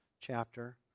chapter